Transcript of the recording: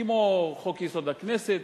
כמו חוק-יסוד: הכנסת,